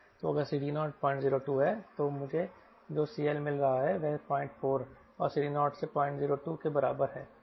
तो अगर CD0 002 है तो मुझे जो CL मिल रहा है वह 04 और CD0 से 002 के बराबर है